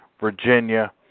Virginia